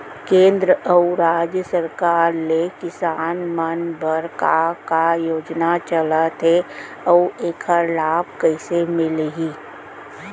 केंद्र अऊ राज्य सरकार ले किसान मन बर का का योजना चलत हे अऊ एखर लाभ कइसे मिलही?